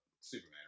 Superman